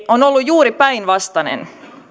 on ollut juuri päinvastainen